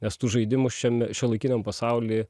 nes tų žaidimų šiam šiuolaikiniam pasauly